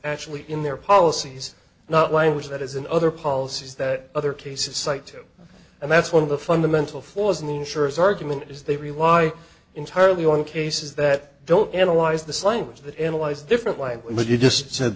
actually in their policies not language that is in other policies that other cases cite and that's one of the fundamental flaws in the insurance argument is they rely entirely on cases that don't analyze this language that analyze different language it just said